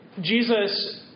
Jesus